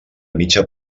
mitja